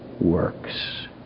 works